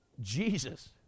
Jesus